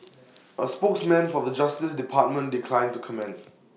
A spokesman for the justice department declined to comment